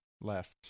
left